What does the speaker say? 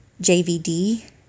JVD